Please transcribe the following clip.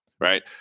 right